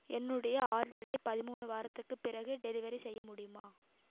என்னுடைய ஆர்டரை பதிமூணு வாரத்துக்குப் பிறகு டெலிவரி செய்ய முடியுமா